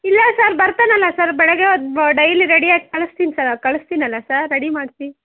ಇಲ್ಲ ಸರ್ ಬರ್ತಾನಲ್ಲ ಸರ್ ಬೆಳಗ್ಗೆ ಹೊತ್ ಡೈಲಿ ರೆಡಿಯಾಗಿ ಕಳಸ್ತಿನಿ ಸರ್ ಕಳಿಸ್ತೀನಲ್ಲ ಸರ್ ರೆಡಿ ಮಾಡಿಸಿ